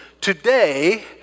today